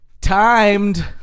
timed